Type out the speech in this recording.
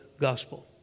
gospel